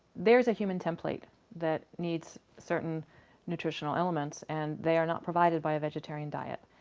there's a human template that needs certain nutritional elements, and they are not provided by a vegetarian diet.